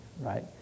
right